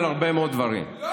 מעונות יום לילדים, מתי כבר,